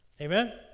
Amen